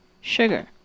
sugar